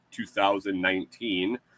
2019